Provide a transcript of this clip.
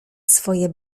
swoje